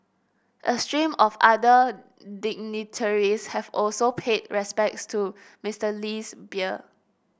a stream of other dignitaries have also paid respects to Mister Lee's bier